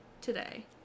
today